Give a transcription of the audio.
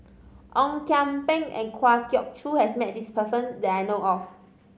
Ong Kian Peng and Kwa Geok Choo has met this person that I know of